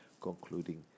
concluding